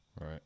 right